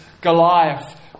Goliath